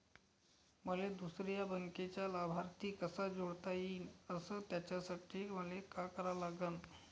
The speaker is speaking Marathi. मले दुसऱ्या बँकेचा लाभार्थी कसा जोडता येईन, अस त्यासाठी मले का करा लागन?